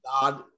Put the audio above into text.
God